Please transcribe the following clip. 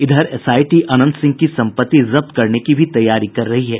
इधर एसआईटी अनंत सिंह की सम्पत्ति जब्त करने की भी तैयारी कर रही है